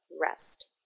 rest